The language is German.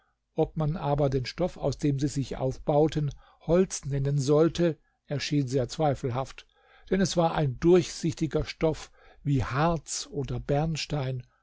ob man aber den stoff aus dem sie sich aufbauten holz nennen sollte erschien sehr zweifelhaft denn es war ein durchsichtiger stoff wie harz oder bernstein